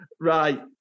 right